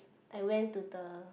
I went to the